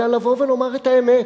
אלא לבוא ולומר את האמת,